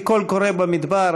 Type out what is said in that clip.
כקול קורא במדבר,